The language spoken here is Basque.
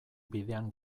bidean